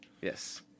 Yes